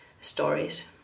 stories